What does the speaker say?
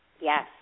Yes